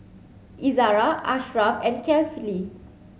Izzara Ashraff and Kefli